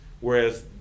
whereas